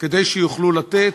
כדי שיוכלו לתת